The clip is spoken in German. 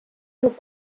nur